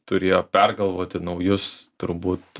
turėjo pergalvoti naujus turbūt